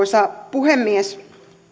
arvoisa puhemies